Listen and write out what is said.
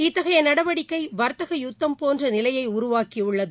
இத்தகைய நடவடிக்கை வர்த்தக யுத்தம் போன்ற நிலையை உருவாக்கி உள்ளது